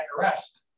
arrest